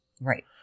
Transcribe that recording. Right